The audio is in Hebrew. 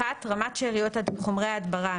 רמת שאריות חומרי ההדברה,